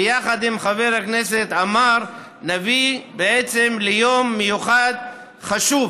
ויחד עם חבר הכנסת עמאר נביא בעצם ליום מיוחד וחשוב,